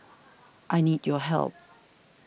I need your help